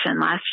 last